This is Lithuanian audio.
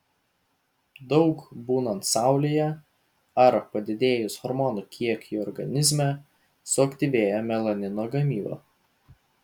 daug būnant saulėje ar padidėjus hormonų kiekiui organizme suaktyvėja melanino gamyba